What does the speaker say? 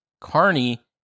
Carney